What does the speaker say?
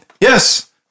Yes